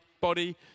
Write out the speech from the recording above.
body